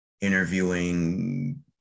interviewing